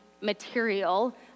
material